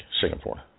Singapore